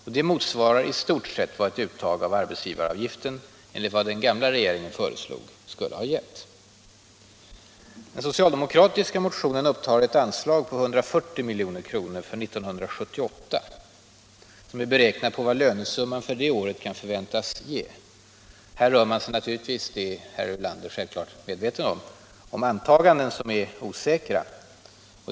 Det motsvarar i stort sett vad det uttag av arbetsgivaravgift som den gamla regeringen föreslog skulle ha givit. Den socialdemokratiska motionen upptar ett anslag på 140 milj.kr. för 1978. Det är beräknat på vad lönesumman för det året kan förväntas bli. Här rör man sig — det är herr Ulander naturligtvis medveten om — med antaganden som är osäkra.